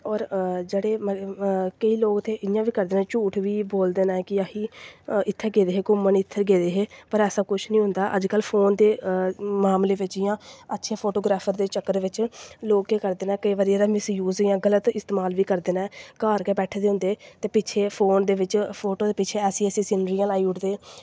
होर जेह्ड़े केईं लोक ते इयां बी करदे न झूठ बी बोलदे न कि असीं इत्थें गेदे हे घूमन इत्थें गेदे हे पर ऐसा कुछ निं होंदा अज कल फोन दे मामले बिच्च इयां अच्छे फोटोग्राफ्रर दे चक्कर बिच्च लोक केह् करदे न केईं बारी एह्दा मिसय़ूज जां गल्त इस्तमाल बी करदे न घर गै बैठे दे होंदे ते फोन बिच्च फोटो दे पिच्छे ऐसी ऐसी सीनरियां लाई ओड़दे